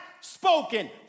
spoken